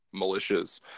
militias